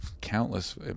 countless